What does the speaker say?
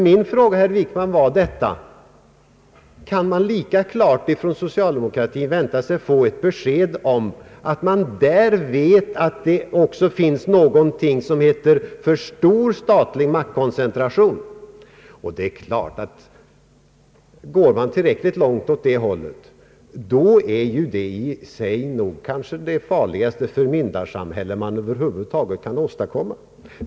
Min fråga, herr Wickman, löd: Kan man lika klart från socialdemokratin få ett besked om huruvida det också finns något som heter för stor statlig maktkoncentration? Går den alltför långt är det kanske det allra farligaste förmyndarsamhälle man över huvud taget kan åstadkomma.